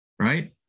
right